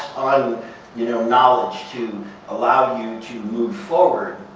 on you know knowledge to allow you to move forward,